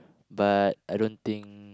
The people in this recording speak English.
but I don't think